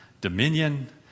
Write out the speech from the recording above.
dominion